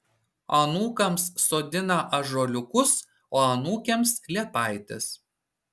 anūkams sodina ąžuoliukus o anūkėms liepaites